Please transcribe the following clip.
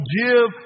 give